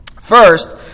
First